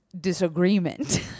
disagreement